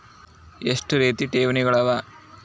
ಎಷ್ಟ ರೇತಿ ಠೇವಣಿಗಳ ಅವ?